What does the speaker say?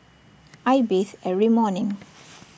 I bathe every morning